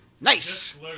Nice